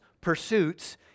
pursuits